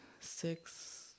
six